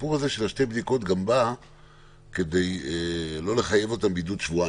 הסיפור הזה של שתי בדיקות גם בא כדי לא לחייב אותם בידוד שבועיים.